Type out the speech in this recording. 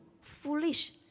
foolish